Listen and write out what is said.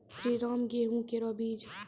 श्रीराम गेहूँ केरो बीज?